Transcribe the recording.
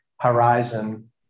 horizon